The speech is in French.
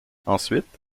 ensuite